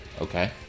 Okay